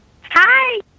Hi